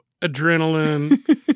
adrenaline